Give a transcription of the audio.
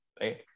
right